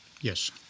Yes